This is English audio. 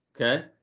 okay